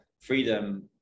freedom